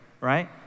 Right